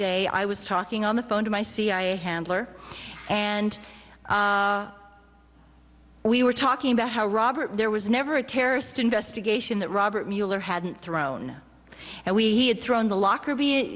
day i was talking on the phone to my cia handler and we were talking about how robert there was never a terrorist investigation that robert mueller hadn't thrown and we had thrown the lockerbie